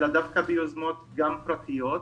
אלא דווקא ביוזמות גם פרטיות.